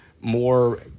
more